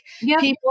People